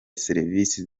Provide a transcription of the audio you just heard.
serivisi